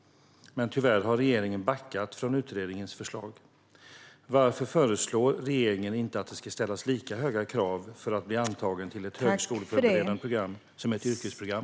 Men tyvärr har regeringen backat från utredningens förslag. Varför föreslår inte regeringen att det ska ställas lika höga krav för att bli antagen till ett högskoleförberedande program som ett yrkesprogram?